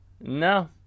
No